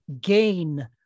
gain